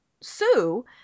Sue